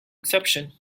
exception